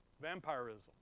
Vampirism